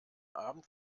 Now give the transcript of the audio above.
abend